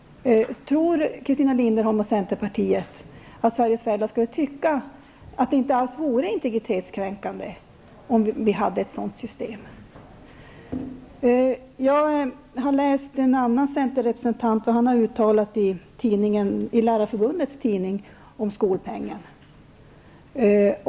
Tror Christina Linderholm och centern att Sveriges föräldrar skulle tycka att det inte alls vore integritetskränkande om vi hade ett sådant system? Jag har läst vad en annan centerrepresentant har uttalat i Lärarförbundets tidning om skolpengen.